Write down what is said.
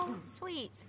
sweet